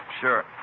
Sure